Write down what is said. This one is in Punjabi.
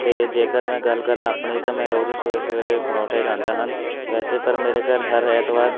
ਅਤੇ ਜੇਕਰ ਮੈਂ ਗੱਲ ਕਰਾਂ ਆਪਣੀ ਤਾਂ ਮੈਂ ਰੋਜ਼ ਸਵੇਰੇ ਸਵੇਰੇ ਪਰੌਂਠੇ ਖਾਂਦਾ ਹਨ ਵੈਸੇ ਪਰ ਮੇਰੇ ਘਰ ਹਰ ਐਤਵਾਰ